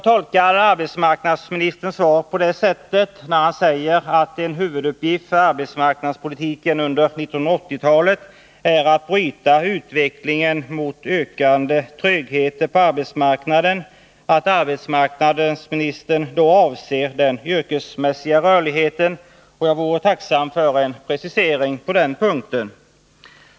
När arbetsmarknadsministern säger att en huvuduppgift för arbetsmarknadspolitiken under 1980-talet är att bryta utvecklingen mot ökande trögheter på arbetsmarknaden tolkar jag honom på det sättet att han då avser den yrkesmässiga rörligheten. Jag vore tacksam för en precisering på den punkten.